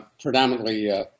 predominantly